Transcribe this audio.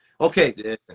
Okay